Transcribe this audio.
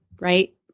right